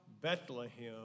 Bethlehem